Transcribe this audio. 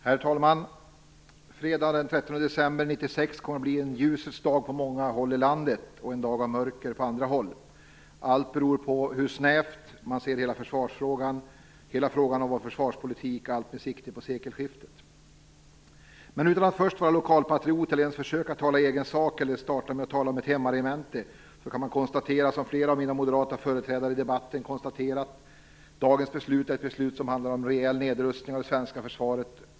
Herr talman! Fredagen den 13 december 1996 kommer att bli en ljusets dag på många håll i landet, och en dag av mörker på andra håll. Allt beror på hur snävt man ser på försvarsfrågan, på hela frågan om vår försvarspolitik - allt med sikte på sekelskiftet. Utan att först vara lokalpatriot, utan att ens försöka tala i egen sak, utan att starta med att tala för ett hemmaregemente kan jag konstatera det som flera av mina moderata företrädare i debatten har konstaterat: Dagens beslut är ett beslut som handlar om reell nedrustning av det svenska försvaret.